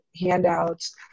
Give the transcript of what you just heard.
handouts